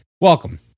Welcome